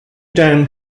down